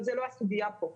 אבל זאת לא הסוגיה כאן.